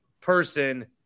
person